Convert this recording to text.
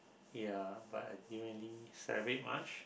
ya but I didn't really celebrate much